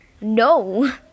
No